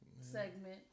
segment